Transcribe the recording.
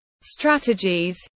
strategies